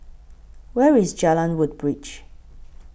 Where IS Jalan Woodbridge